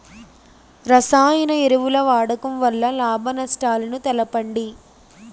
రసాయన ఎరువుల వాడకం వల్ల లాభ నష్టాలను తెలపండి?